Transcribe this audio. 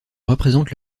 représentent